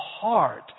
heart